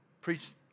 preached